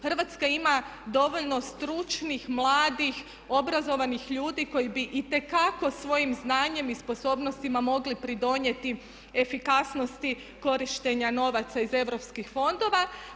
Hrvatska ima dovoljno stručnih, mladih, obrazovanih ljudi koji bi itekako svojim znanjem i sposobnostima mogli pridonijeti efikasnosti korištenja novaca iz europskih fondova.